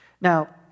Now